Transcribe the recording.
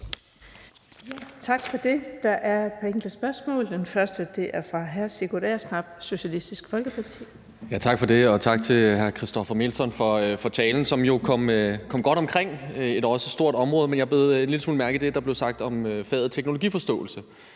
Tak for det. Der er et par enkelte spørgsmål. Det første er fra hr. Sigurd Agersnap, Socialistisk Folkeparti. Kl. 16:29 Sigurd Agersnap (SF): Tak for det, og tak til hr. Christoffer Aagaard Melson for talen, som jo kom omkring et stort område. Jeg bed en lille smule mærke i det, der blev sagt om faget teknologiforståelse,